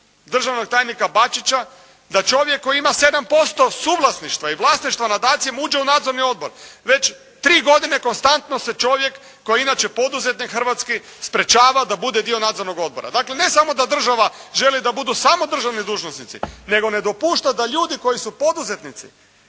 državnom tajnika Bačića da čovjek koji ima 7% suvlasništva i vlasništva nad ACI-om uđe u nadzorni odbor. Već tri godine konstantno se čovjek koji je inače poduzetnik hrvatski sprečava da bude dio nadzornog odbora. Dakle, ne samo da država želi da budu samo državni dužnosnici, nego ne dopušta da ljudi koji su poduzetnici,